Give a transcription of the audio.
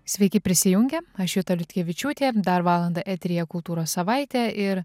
sveiki prisijungę aš juta liutkevičiūtė dar valandą eteryje kultūros savaitė ir